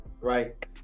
right